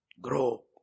Grow